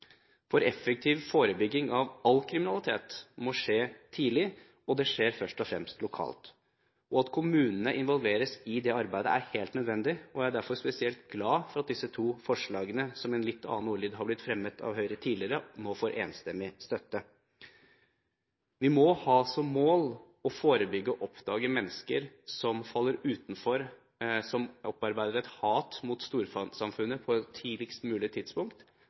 For effektiv forebygging av all kriminalitet må skje tidlig, og det skjer først og fremst lokalt. At kommunene involveres i det arbeidet, er helt nødvendig, og jeg er derfor spesielt glad for at disse to forslagene, som med en litt annen ordlyd har blitt fremmet av Høyre tidligere, nå får enstemmig støtte. Vi må ha som mål å forebygge og å oppdage mennesker som faller utenfor, og som opparbeider et hat mot storsamfunnet, på et tidligst mulig tidspunkt.